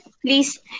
please